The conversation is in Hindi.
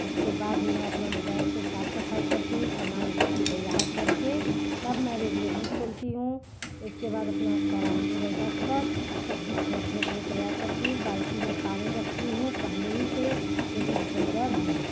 उसके बाद मैं अपना गैस को साफ सफाई करती हूँ समान तैयार करके तब मैं रेगुलेटर खोलती हूँ उसके बाद अपना कढ़ाई उढ़ाई रखकर सब्जी छौंकने के लिए तैयार करती हूँ बाल्टी में पानी रखती हूँ पहले ही से क्योंकि हमको डर है